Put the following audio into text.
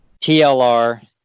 TLR